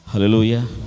Hallelujah